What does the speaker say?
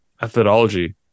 methodology